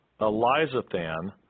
Elizathan